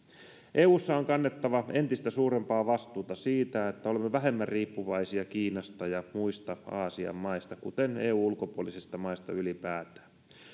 eussa on kannettava entistä suurempaa vastuuta siitä että olemme vähemmän riippuvaisia kiinasta ja muista aasian maista kuten eun ulkopuolisista maista ylipäätään